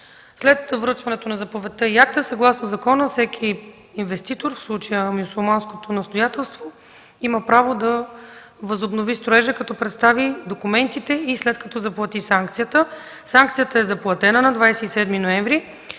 След връчването на заповедта и акта съгласно закона всеки инвеститор, в случая – Мюсюлманското настоятелство, има право да възобнови строежа, като представи документите и след като заплати санкцията. Санкцията е заплатена на 27 ноември,